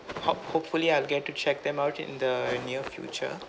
hop~ hopefully I'll get to check them out in the near future